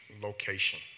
location